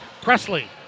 Presley